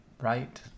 right